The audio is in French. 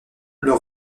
leur